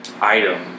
item